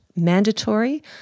Mandatory